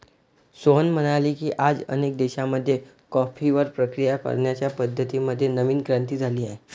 सोहन म्हणाले की, आज अनेक देशांमध्ये कॉफीवर प्रक्रिया करण्याच्या पद्धतीं मध्ये नवीन क्रांती झाली आहे